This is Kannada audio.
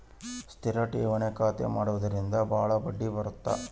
ಸ್ಥಿರ ಠೇವಣಿ ಖಾತೆ ಮಾಡುವುದರಿಂದ ಬಾಳ ಬಡ್ಡಿ ಬರುತ್ತ